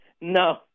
No